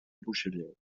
buixalleu